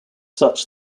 such